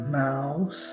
mouth